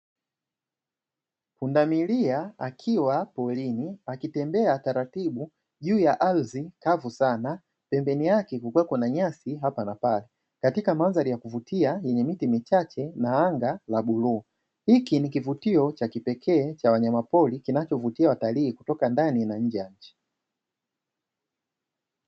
Pundamilia akiwa porini akitembea taratibu juu ya ardhi kavu sana, pembeni yake kukiwepo na nyasi hapa na pale katika mandhari ya kuvutia yenye miti michache na anga la bluu. Hiki ni kivutio cha kipekee cha wanyamapori kinachovutia watalii kutoka ndani na nje ya nchi.